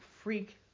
freak